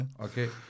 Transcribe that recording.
okay